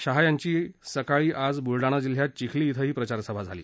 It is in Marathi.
शहा यांची सकाळी आज बुलडाणा जिल्ह्यात चिखली इथंही प्रचार सभा झाली